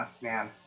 man